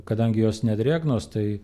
kadangi jos nedrėgnos tai